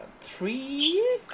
Three